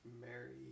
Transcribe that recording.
Mary